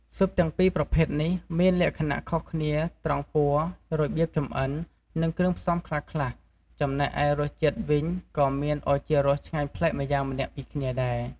ស៊ុបទាំងប្រភេទពីរនេះមានលក្ខណៈខុសគ្នាត្រង់ ពណ៌ របៀបចម្អិន និងគ្រឿងផ្សំខ្លះៗ ចំណែកឯរសជាតិវិញក៏មានឱជារសឆ្ងាញ់ប្លែកម្យ៉ាងម្នាក់ពីគ្នាដែរ។